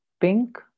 pink